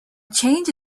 change